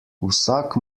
vsak